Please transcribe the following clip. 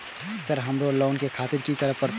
Sir हमरो loan ले खातिर की करें परतें?